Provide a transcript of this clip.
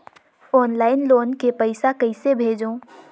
Online loan के पईसा कइसे भेजों?